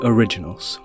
Originals